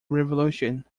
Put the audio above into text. revolution